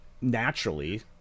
naturally